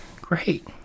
Great